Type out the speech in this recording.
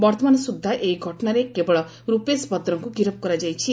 ବର୍ଉମାନ ସୁଛା ଏହି ଘଟଣାରେ କେବଳ ର୍ପେଶ ଭଦ୍ରଙ୍କୁ ଗିରଫ୍ କରାଯାଇଛି